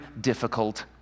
difficult